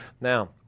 Now